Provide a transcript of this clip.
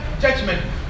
judgment